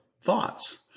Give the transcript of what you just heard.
thoughts